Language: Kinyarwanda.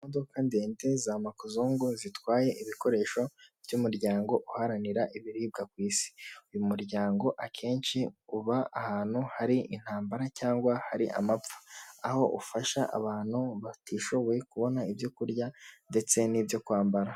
Imodoka ndende za makuzungu zitwaye ibikoresho by'umuryango uharanira ibiribwa ku isi. Uyu muryango akenshi uba ahantu hari intambara cyangwa hari amapfa. Aho ufasha abantu batishoboye kubona ibyo kurya ndetse n'ibyo kwambara.